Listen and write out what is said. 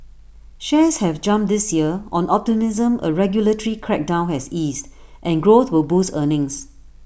shares have jumped this year on optimism A regulatory crackdown has eased and growth will boost earnings